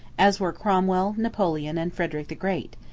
as were cromwell, napoleon, and frederick the great.